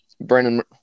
Brandon